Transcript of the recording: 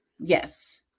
Yes